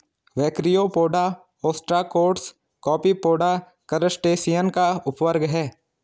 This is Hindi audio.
ब्रैकियोपोडा, ओस्ट्राकोड्स, कॉपीपोडा, क्रस्टेशियन का उपवर्ग है